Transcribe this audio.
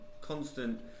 Constant